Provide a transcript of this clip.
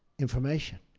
information.